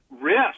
Risk